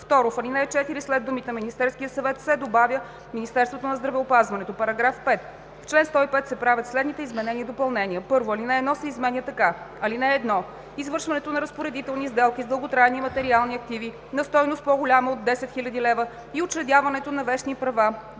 В ал. 4 след думите „Министерския съвет“ се добавя „Министерството на здравеопазването“. § 5. В чл. 105 се правят следните изменения и допълнения: 1. Алинея 1 се изменя така: „(1) Извършването на разпоредителни сделки с дълготрайни материални активи на стойност по-голяма от 10 000 лв. и учредяването на вещни права